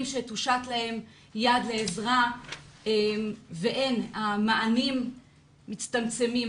שתושט להם יד לעזרה ואין עזרה והמענים מצטמצמים.